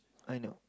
I know